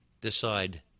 decide